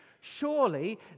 Surely